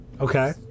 Okay